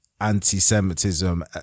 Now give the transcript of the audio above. anti-Semitism